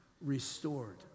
Restored